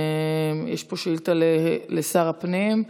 יש פה שאילתה לשר הפנים.